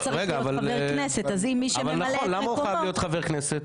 אבל נכון למה הוא חייב להיות חבר כנסת